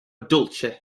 dulce